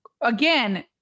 Again